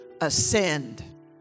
ascend